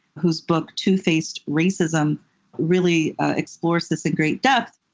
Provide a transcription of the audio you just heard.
whose book two-faced racism really explores this in great depth,